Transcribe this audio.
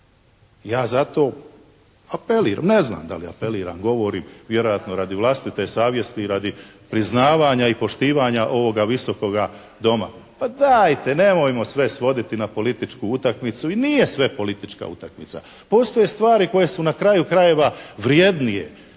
Ja zato apeliram, ne znam da li apeliram, govorim vjerojatno radi vlastite savjesti i radi priznavanja i poštivanja ovoga Visokoga doma. Pa dajte, nemojmo sve svoditi na političku utakmicu i nije sve politička utakmica. Postoje stvari koje su na kraju krajeva vrjednije